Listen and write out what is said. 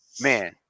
man